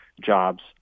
jobs